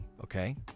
Okay